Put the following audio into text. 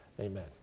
Amen